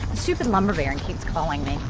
stupid lumber baron keeps calling me.